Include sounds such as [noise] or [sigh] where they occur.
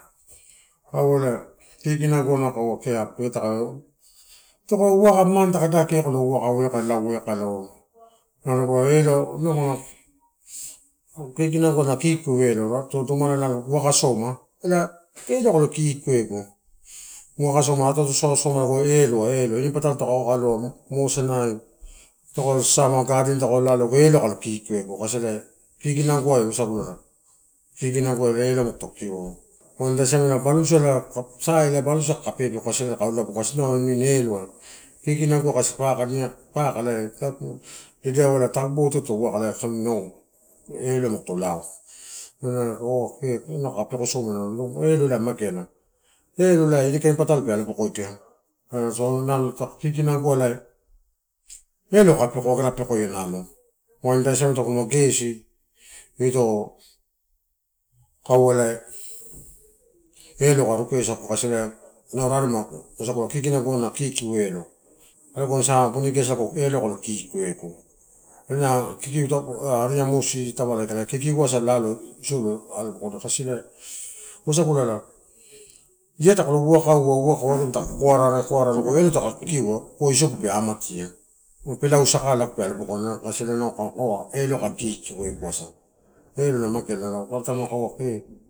Kaua elai, kikinaguai nalo kaua apu eh ta uwaka mane, ta lo daki, eh kalo wakaua, iaka laua, iaka laua, nalo kaua elo [hesitation] kikinaguai na ikiu elo. Ito domalai uwaka asoma ela eloai kai lo kikiagu. Uwaka asoma ato ato asoma elai eloai ini patalo takakai nalodia momosanai takalo sasama gardenia lago eloai kai lo kikinaguai, ela kikinaguai wasagula, kikinaguai eloai taguto kikiu. Wain ida siamela balusuai sai ela balusuai kaka pepeko kasi nalo kai olabu kasi inau namini eloai. Kikinagua kasi paka, nik paka elai dedeava tambo toto waka, ela elo maguto lao [hesitation] elo kai pekosoma, elo elaii mageala. Elo elai inikain patalo pe alobokodia [unintelligible] nalo kikinagu elo kai waga peko nalo. Wain ida siamela tagu lana gesi ito, kaua ela elo ka rupeasagu kasi ela inau raremai wasagula ikiu elo, aloguni sa boni gesi eloai kailo kikiu egu. Ena kikiuta ah ari amusi tavala kikiu asa lao isou lo alo atoria, kasi ela wasagula ia talo wakaua wakaua alogani ta koa ara arare lago elo taka kikiu pua isogu pe amatia. Pelau saka logo pe alobokoina ela nalo kau elo kai kikiueguasa, elo na mageala, ela paparataim nalo kaua kee.